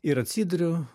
ir atsiduriu